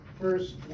first